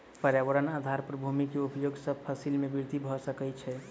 पर्यावरणक आधार पर भूमि के उपयोग सॅ फसिल में वृद्धि भ सकै छै